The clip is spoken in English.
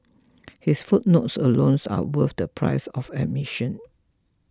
his footnotes are worth the price of admission